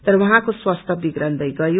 तर उहाँको स्वास्थ्य विगड़न्दै गयो